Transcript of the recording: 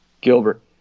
Gilbert